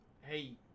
hey